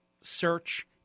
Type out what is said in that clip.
search